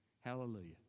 Hallelujah